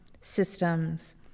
systems